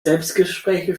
selbstgespräche